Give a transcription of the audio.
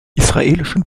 israelischen